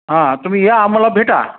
हा तुम्ही या आम्हाला भेटा